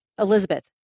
Elizabeth